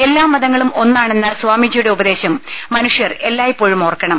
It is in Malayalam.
എല്ലാമതങ്ങളും ഒന്നാ ണെന്ന സ്വാമിജിയുടെ ഉപദേശം മനുഷ്യർ എല്ലായ്പ്പോഴും ഓർക്ക ണം